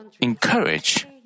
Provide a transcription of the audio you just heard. encourage